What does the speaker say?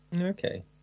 Okay